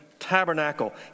tabernacle